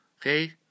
Okay